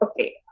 okay